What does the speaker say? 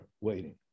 waiting